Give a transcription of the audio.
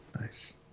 Nice